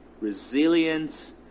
resilience